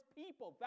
people